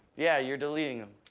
yeah, you're deleting them.